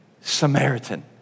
Samaritan